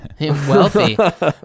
wealthy